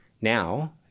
Now